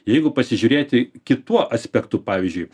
jeigu pasižiūrėti kituo aspektu pavyzdžiui